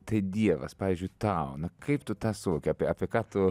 tai dievas pavyzdžiui tau na kaip tu tą suvokia apie ką tu